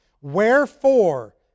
Wherefore